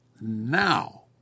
now